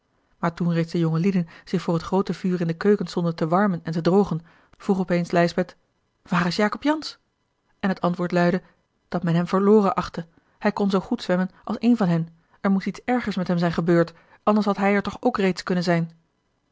maar toen reeds de jongelieden zich voor het groote vuur in de keuken stonden te warmen en te drogen vroeg op eens lijsbeth waar is jacob jansz en het antwoord luidde dat men hem verloren achtte hij kon zoo goed zwemmen als een van hen er moest iets ergers met hem zijn gebeurd anders had hij er toch ook reeds kunnen zijn